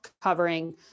covering